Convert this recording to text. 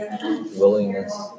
willingness